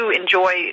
enjoy